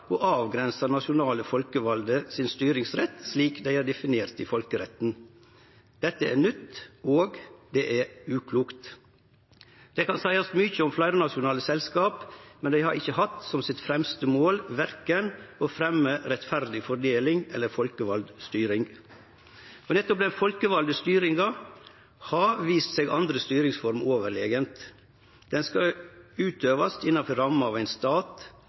slik han er definert i folkeretten. Dette er nytt, og det er uklokt. Det kan seiast mykje om fleirnasjonale selskap, men dei har ikkje hatt som sitt fremste mål verken å fremje rettferdig fordeling eller folkevald styring. Og nettopp den folkevalde styringa har vist seg å vere andre styringsformer overlegen. Ho skal utøvast innanfor ramma av ein stat.